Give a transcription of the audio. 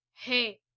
Hey